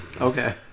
Okay